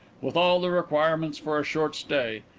with all the requirements for a short stay,